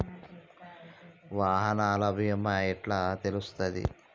వాహనాల బీమా ఎట్ల తెలుస్తది?